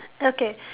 okay